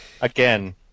Again